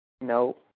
No